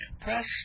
Press